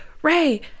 Ray